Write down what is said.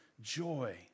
joy